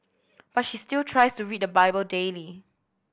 but she still tries to read the Bible daily